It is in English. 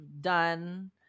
done